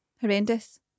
horrendous